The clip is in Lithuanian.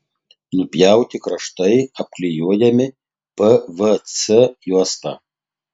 nupjauti kraštai apklijuojami pvc juosta